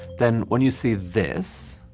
then when you see this,